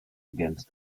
against